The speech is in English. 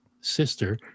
sister